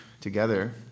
together